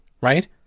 Right